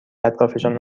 اطرافشان